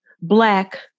black